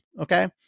okay